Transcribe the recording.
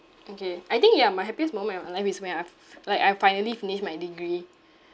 okay I think ya my happiest moment in my life is where I've like I finally finish my degree